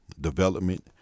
Development